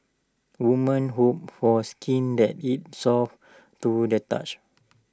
woman hope for skin that is soft to the touch